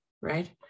right